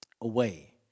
Away